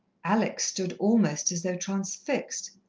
alex stood almost as though transfixed.